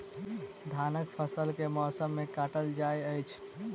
धानक फसल केँ मौसम मे काटल जाइत अछि?